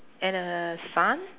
and a sun